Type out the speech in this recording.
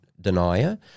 denier